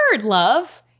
Love